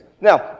Now